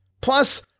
Plus